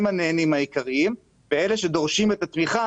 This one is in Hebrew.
הם הנהנים העיקריים ואלה שדורשים את התמיכה,